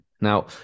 Now